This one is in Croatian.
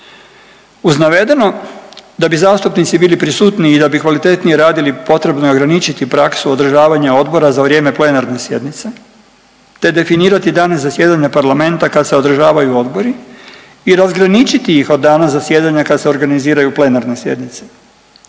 Uz navedeno da bi zastupnici bili prisutniji i da bi kvalitetnije radili potrebno je ograničiti praksu održavanja odbora za vrijeme plenarnih sjednica te definirati dane zasjedanja parlamenta kad se održavaju odbori i razgraničiti ih od dana zasjedanja kad se organiziraju plenarne sjednice.